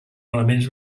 elements